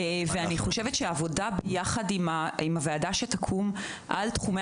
אני חושבת שעבודה יחד עם הוועדה שתקום על תחומים